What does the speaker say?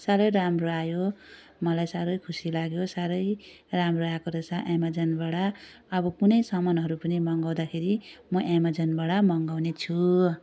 साह्रै राम्रो आयो मलाई साह्रै खुसी लाग्यो साह्रै राम्रो आएको रहेछ एमाजोनबाट अब कुनै सामानहरू पनि मगाउँदाखेरि म एमाजोनबाट मगाउने छु